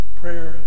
prayer